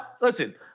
listen